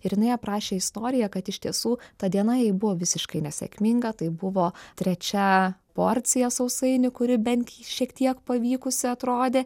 ir jinai aprašė istoriją kad iš tiesų ta diena jai buvo visiškai nesėkminga tai buvo trečia porcija sausainių kuri bent šiek tiek pavykusi atrodė